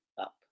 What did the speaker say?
up